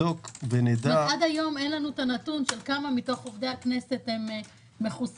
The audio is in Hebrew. עד היום אין לנו הנתון של כמה מעובדי הכנסת מחוסנים,